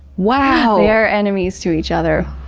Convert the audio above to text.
wow! they are enemies to each other.